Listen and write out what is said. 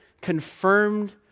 confirmed